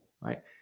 Right